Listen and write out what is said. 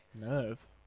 Nerve